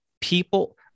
people